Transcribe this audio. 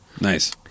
nice